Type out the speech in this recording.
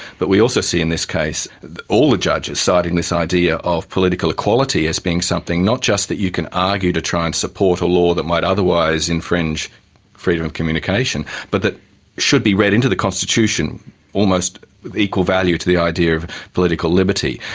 but we also see in this case all the judges citing this idea of political equality as being something not just that you can argue to try and support a law that might otherwise infringe freedom of communication, but that should be read into the constitution almost equal value to the idea of political liberty.